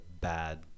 bad